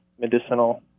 medicinal